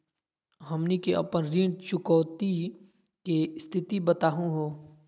हमनी के अपन ऋण चुकौती के स्थिति बताहु हो?